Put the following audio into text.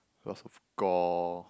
lots of gore